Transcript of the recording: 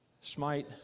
smite